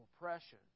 oppression